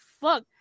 fuck